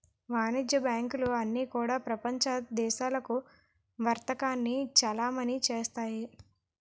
వాణిజ్య బ్యాంకులు అన్నీ కూడా ప్రపంచ దేశాలకు వర్తకాన్ని చలామణి చేస్తాయి